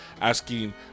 asking